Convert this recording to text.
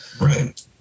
Right